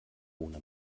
ohne